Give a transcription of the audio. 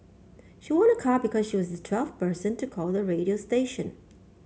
she won a car because she was the twelfth person to call the radio station